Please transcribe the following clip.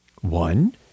One